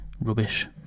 rubbish